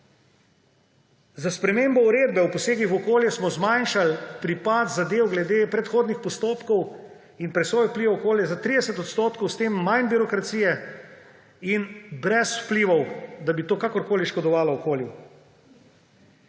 Za spremembo uredbe o posegih v okolje smo zmanjšali pripad zadev glede predhodnih postopkov in presojo vplivov na okolje za 30 %, s tem manj birokracije in brez vplivov, da bi to kakorkoli škodovalo okolju.